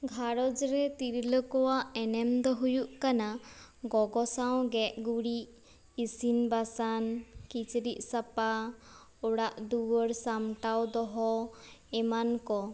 ᱜᱷᱟᱨᱚᱧᱡᱽ ᱨᱮ ᱛᱤᱨᱞᱟᱹ ᱠᱚᱣᱟᱜ ᱮᱱᱟᱢ ᱫᱚ ᱦᱩᱭᱩᱜ ᱠᱟᱱᱟ ᱜᱚᱜᱚ ᱥᱟᱶ ᱜᱮᱡ ᱜᱩᱨᱩᱡ ᱤᱥᱤᱱ ᱵᱟᱥᱟᱝ ᱠᱤᱪᱨᱤᱡ ᱥᱟᱯᱷᱟ ᱚᱲᱟᱜ ᱫᱩᱭᱟᱹᱨ ᱥᱟᱢᱴᱟᱣ ᱫᱚᱦᱚ ᱮᱢᱟᱱ ᱠᱚ